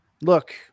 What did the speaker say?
Look